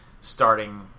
starting